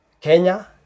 Kenya